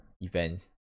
events